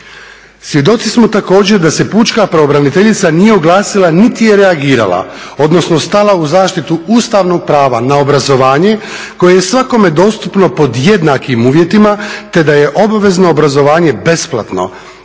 Svjedoci smo također da se pučka pravobraniteljica nije oglasila niti je reagirala, odnosno stala u zaštitu ustavnog prava na obrazovanje koje je svakome dostupno pod jednakim uvjetima, te da je obvezno obrazovanje besplatno.